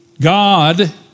God